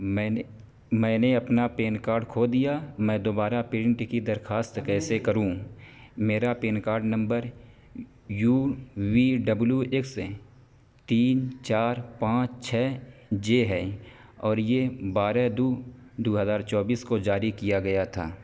میں نے میں نے اپنا پین کارڈ کھو دیا میں دوبارہ پرنٹ کی درخواست کیسے کروں میرا PAN card number U V W X تین چار پانچ چھ جے ہے اور یہ بارہ دو دو ہزار چوبیس کو جاری کیا گیا تھا